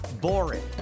boring